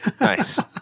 Nice